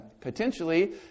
potentially